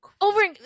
over